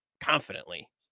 confidently